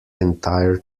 entire